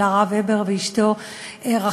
של הרב הבר ואשתו רחל.